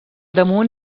damunt